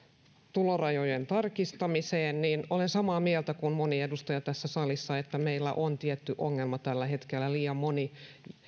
tulorajojen tarkistamiseen niin olen samaa mieltä kuin moni edustaja tässä salissa että meillä on tietty ongelma tällä hetkellä liian moni